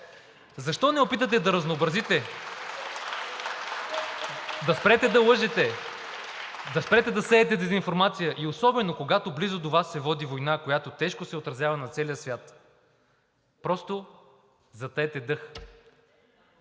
Защо не се опитате да разнообразите и да спрете да лъжете, да спрете да сеете дезинформация и особено когато близо до Вас се води война, която тежко се отразява на целия свят, затаете дъх.